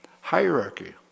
Hierarchy